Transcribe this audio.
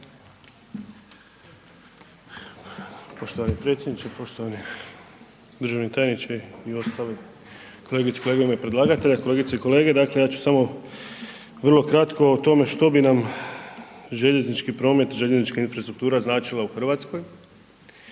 Poštovani predsjedniče, poštovani državni tajniče i ostale kolegice u ime predlagatelja, kolegice i kolege. Dakle, ja ću samo vrlo kratko o tome što bi nam željeznički promet, željeznička infrastruktura značila u Hrvatskoj.